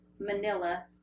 Manila